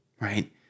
Right